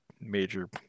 major